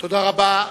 תודה רבה.